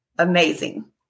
Amazing